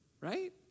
Right